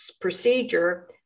procedure